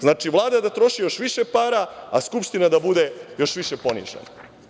Znači, Vlada je da troši još više para, a Skupština da bude još više ponižena.